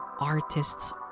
artist's